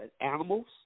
animals